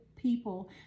people